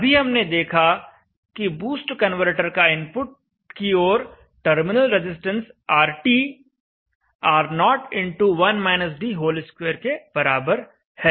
अभी हमने देखा कि बूस्ट कन्वर्टर का इनपुट की ओर terminal resistance RT R0 x 1 - d2 के बराबर है